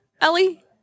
Ellie